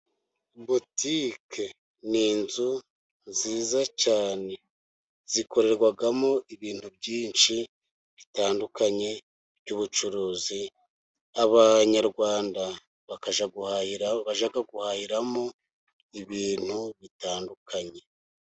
Botike ni inzu nziza cyane zikorerwamo ibintu byinshi bitandukanye by'ubucuruzi, Abanyarwanda bakajya guhahira bajya guhahiramo ibintu bitandukanye.